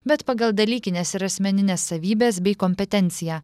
bet pagal dalykines ir asmenines savybes bei kompetenciją